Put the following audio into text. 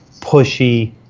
pushy